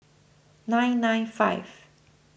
nine nine five